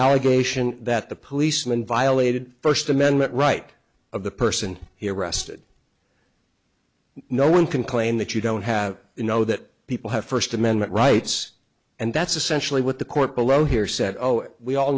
allegation that the policeman violated first amendment right of the person he arrested no one can claim that you don't have you know that people have first amendment rights and that's essentially what the court below here said oh it we all